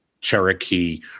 cherokee